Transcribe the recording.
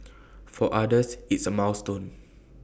for others it's A milestone